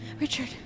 Richard